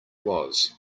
was